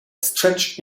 stretched